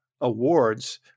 awards